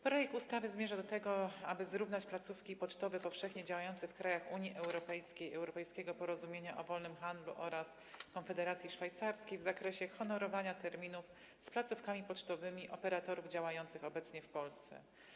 Projekt ustawy zmierza do tego, aby zrównać placówki pocztowe powszechnie działające w krajach Unii Europejskiej i Europejskiego Porozumienia o Wolnym Handlu oraz Konfederacji Szwajcarskiej w zakresie honorowania terminów z placówkami pocztowymi operatorów działających obecnie w Polsce.